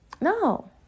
no